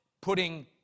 putting